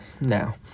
now